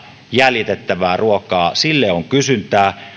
jäljitettävälle ruualle on kysyntää